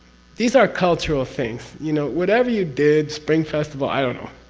these are cultural things, you know, whatever you did. spring festival, i don't know,